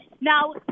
Now